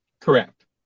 Correct